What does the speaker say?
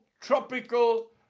tropical